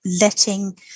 letting